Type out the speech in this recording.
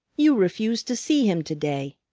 you refused to see him to-day,